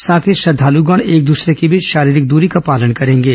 साथ ही श्रद्वालुगण एक दूसर्रे के बीच शारीरिक दूरी का पालन करेंगे